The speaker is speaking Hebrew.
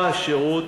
השירות,